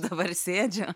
dabar sėdžiu